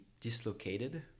dislocated